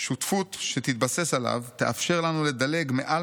שותפות שתתבסס עליו תאפשר לנו לדלג מעל